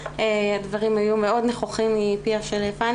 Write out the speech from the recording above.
והדברים היו מאוד נכוחים מפיה של פני